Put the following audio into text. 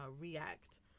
react